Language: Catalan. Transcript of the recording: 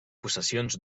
possessions